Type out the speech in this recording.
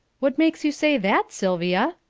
what makes you say that, sylvia?